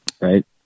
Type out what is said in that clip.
right